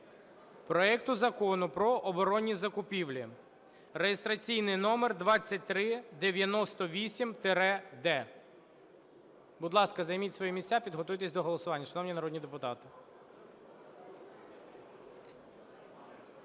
проекту Закону про оборонні закупівлі (реєстраційний номер 2398-д). Будь ласка, заміть свої місця, підготуйтеся до голосування, шановні народні депутати.